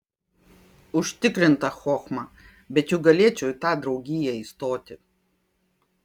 užtikrinta chochma bet juk galėčiau į tą draugiją įstoti